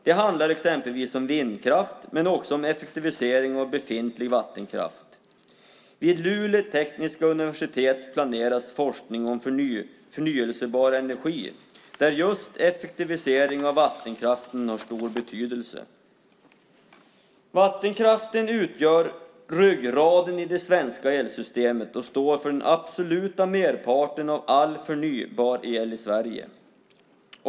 Det handlar exempelvis om vindkraft men också om effektivisering av befintlig vattenkraft. Vid Luleå tekniska universitet planeras forskning om förnybar energi där just effektivisering av vattenkraften har stor betydelse. Vattenkraften utgör ryggraden i det svenska elsystemet och står för den absoluta merparten av all förnybar el i Sverige.